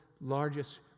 largest